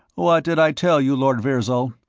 what did i tell you, lord virzal?